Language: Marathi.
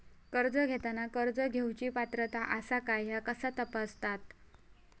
कर्ज घेताना कर्ज घेवची पात्रता आसा काय ह्या कसा तपासतात?